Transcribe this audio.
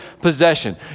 possession